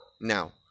Now